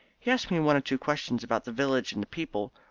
he asked me one or two questions about the village and the people,